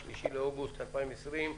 ה-3 באוגוסט 2020,